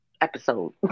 episode